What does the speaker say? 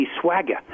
swagger